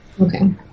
Okay